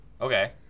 Okay